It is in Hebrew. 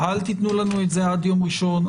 אל תיתנו לנו את זה עד יום ראשון,